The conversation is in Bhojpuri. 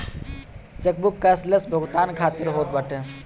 चेकबुक कैश लेस भुगतान खातिर होत बाटे